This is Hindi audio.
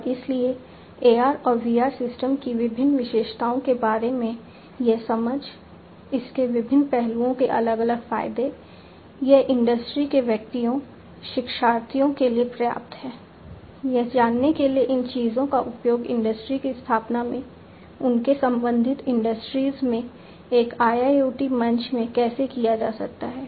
और इसलिए AR और VR सिस्टम की विभिन्न विशेषताओं के बारे में यह समझ इसके विभिन्न पहलुओं के अलग अलग फायदे यह इंडस्ट्री के व्यक्तियों शिक्षार्थियों के लिए पर्याप्त है यह जानने के लिए कि इन चीजों का उपयोग इंडस्ट्री की स्थापना में उनके संबंधित इंडस्ट्रीज में एक IIoT मंच में कैसे किया जा सकता है